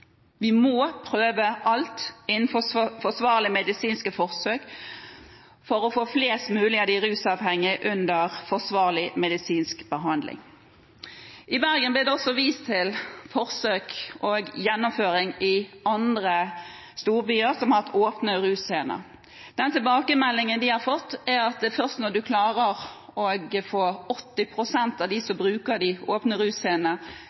Vi må prøve alt innenfor forsvarlig medisinske forsøk for å få flest mulig av de rusavhengige under forsvarlig medisinsk behandling. I Bergen ble det også vist til forsøk og gjennomføring i andre storbyer som har hatt åpne russcener. Den tilbakemeldingen de har fått, er at det er først når en klarer å få 80 pst. av dem som bruker de åpne